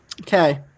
Okay